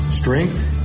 Strength